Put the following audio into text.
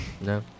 No